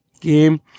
game